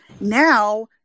now